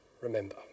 remember